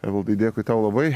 evaldai dėkui tau labai